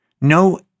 no